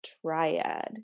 triad